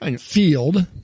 field